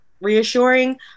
reassuring